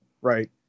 right